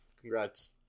Congrats